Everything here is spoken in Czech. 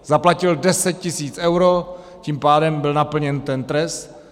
Zaplatil deset tisíc eur, tím pádem byl naplněn ten trest.